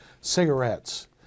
cigarettes